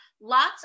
lots